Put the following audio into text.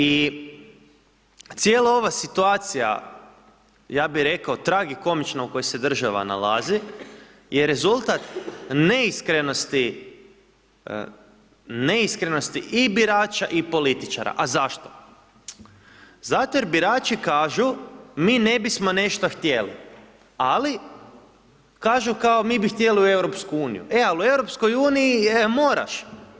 I cijela ova situacija ja bi rekao tragi komična u kojoj se država nalazi je rezultat neiskrenosti, neiskrenosti i birača i političara, a zašto, zato jer birači kažu mi ne bismo nešta htjeli, ali kažu kao mi bi htjeli u EU, e ali u EU je moraš.